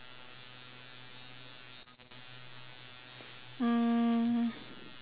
hmm